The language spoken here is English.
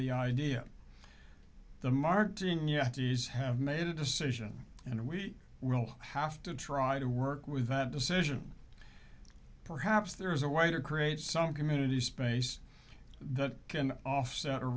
the idea of the marketing yet these have made a decision and we will have to try to work with that decision perhaps there is a wider create some community space that can offset or